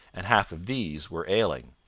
and half of these were ailing